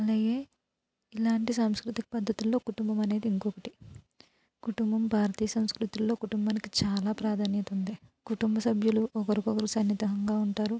అలాగే ఇలాంటి సంస్కృతిక పద్ధతుల్లో కుటుంబం అనేది ఇంకొకటి కుటుంబం భారతీయ సంస్కృతుల్లో కుటుంబానికి చాలా ప్రాధాన్యతుంది కుటుంబ సభ్యులు ఒకరుకొకరు సన్నిహితంగా ఉంటారు